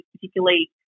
particularly